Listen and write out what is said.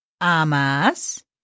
amas